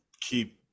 keep